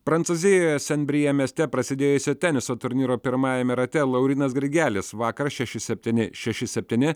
prancūzijoje sen brijė mieste prasidėjusio teniso turnyro pirmajame rate laurynas grigelis vakar šeši septyni šeši septyni